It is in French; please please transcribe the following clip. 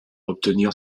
obtenir